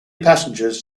passengers